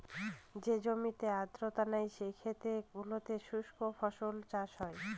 যে জমিতে আর্দ্রতা নেই, সেই ক্ষেত গুলোতে শুস্ক ফসল চাষ হয়